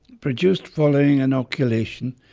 produced following inoculation,